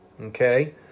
okay